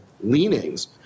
leanings